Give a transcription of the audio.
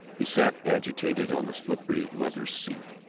he sat agitated on the slippery leather seat,